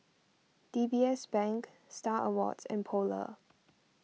D B S Bank Star Awards and Polar